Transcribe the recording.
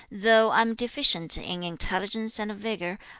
though i am deficient in intelligence and vigour,